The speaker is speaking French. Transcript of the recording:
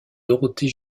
dorothée